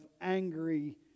angry